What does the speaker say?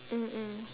mm mm